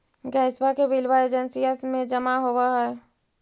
गैसवा के बिलवा एजेंसिया मे जमा होव है?